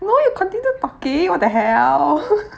no you continue talking what the hell